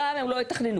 גם הם לא יתכננו,